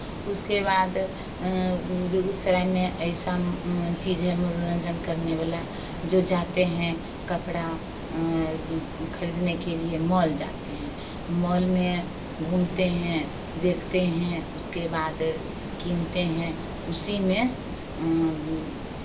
उसके बाद बेगूसराय में ऐसा चीज़ है मनोरंजन करने वाला जो जाते हैं कपड़ा खरीदने के लिए मॉल जाते हैं मॉल में घूमते हैं देखते हैं उसके बाद कीनते हैं उसी में